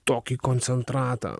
tokį koncentratą